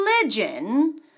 religion